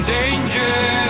danger